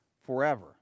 forever